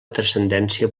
transcendència